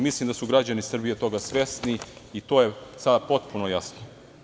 Mislim da su i građani Srbije toga svesni, a to je sada potpuno jasno.